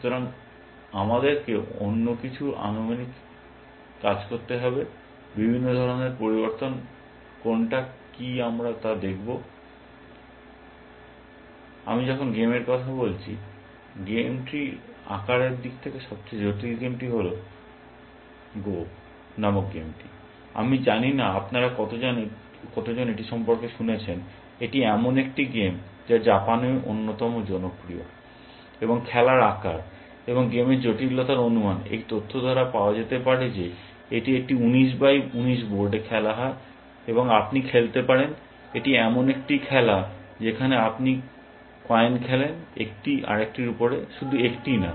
সুতরাং আমাদেরকে অন্য কিছু আনুমানিক কাজ করতে হবে এবং বিভিন্ন ধরণ এর পরিবর্তন কোনটা কি আমরা তা দেখব আমি যখন গেমের কথা বলছি গেম ট্রির আকারের দিক থেকে সবচেয়ে জটিল গেমটি হল গো নামক গেমটি আমি জানি না আপনারা কতজন এটি সম্পর্কে শুনেছেন এটি এমন একটি গেম যা জাপানে অত্যন্ত জনপ্রিয় এবং খেলার আকার এবং গেমের জটিলতার অনুমান এই তথ্য দ্বারা পাওয়া যেতে পারে যে এটি একটি উনিশ বাই ঊনিশ বোর্ডে খেলা হয় এবং আপনি খেলতে পারেন এটি এমন একটি খেলা যেখানে আপনি কয়েন খেলেন একটি আরেকটির উপরে শুধু একটি নয়